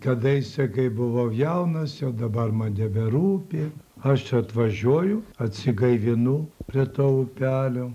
kadaise kai buvau jaunas jau dabar man neberūpi aš čia atvažiuoju atsigaivinu prie to upelio